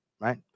right